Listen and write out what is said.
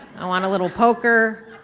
i want a little poker.